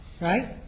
right